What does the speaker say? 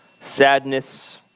sadness